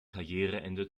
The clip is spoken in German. karriereende